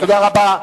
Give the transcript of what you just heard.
תודה רבה.